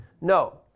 No